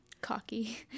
Cocky